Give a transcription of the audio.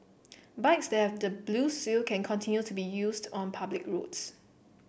bikes that have the blue seal can continue to be used on public roads